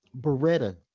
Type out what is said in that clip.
Beretta